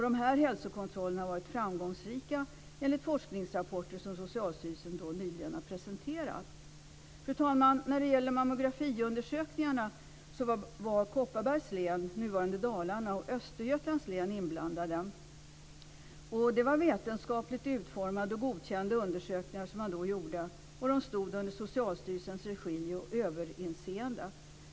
Dessa hälsokontroller har varit framgångsrika enligt forskningsrapporter som Socialstyrelsen nyligen har presenterat. Fru talman! När det gäller mammografiundersökningarna var Kopparbergs län, nuvarande Dalarna, och Östergötlands län inblandade. Det var vetenskapligt utformade och godkända undersökningar som då gjordes. De stod under Socialstyrelsens regi och överinseende.